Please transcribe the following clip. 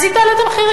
אז היא תעלה מחירים.